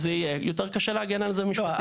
אז יותר קשה להגן על זה משפטית.